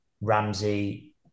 Ramsey